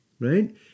Right